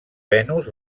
venus